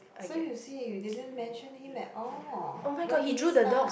so you see you didn't mention him at all when did he start